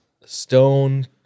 Stone